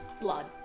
blood